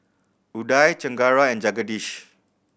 Udai Chengara and Jagadish